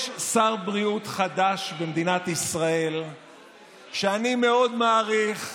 יש שר בריאות חדש במדינת ישראל שאני מאוד מעריך,